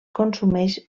consumeix